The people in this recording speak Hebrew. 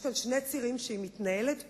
יש כאן שני צירים שהיא מתנהלת בהם: